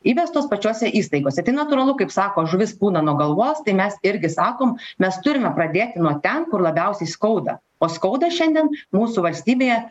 įvestos pačiose įstaigose tai natūralu kaip sako žuvis pūna nuo galvos tai mes irgi sakom mes turime pradėti nuo ten kur labiausiai skauda o skauda šiandien mūsų valstybėje